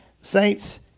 saints